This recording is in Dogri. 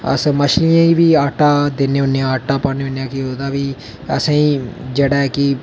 अस मच्छियें गी बी आटा दिन्ने होन्ने आटा पान्ने होन्ने कि ओह्दा बी असेंगी जेह्ड़ा ऐ कि